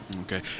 Okay